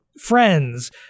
friends